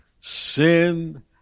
Sin